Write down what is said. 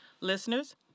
listeners